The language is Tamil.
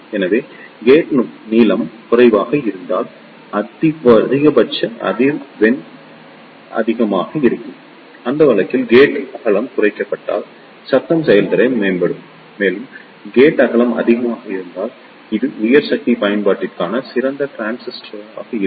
எனவே கேட் நீளம் குறைவாக இருந்தால் அதிகபட்ச அதிர்வெண் அதிகமாக இருக்கும் அந்த வழக்கில் கேட் அகலம் குறைக்கப்பட்டால் சத்தம் செயல்திறன் மேம்படும் மேலும் கேட் அகலம் அதிகமாக இருந்தால் இது உயர் சக்தி பயன்பாட்டிற்கான சிறந்த டிரான்சிஸ்டராக இருக்கும்